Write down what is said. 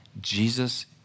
Jesus